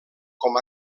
com